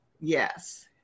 yes